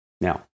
Now